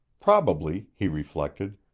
probably, he reflected,